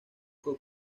con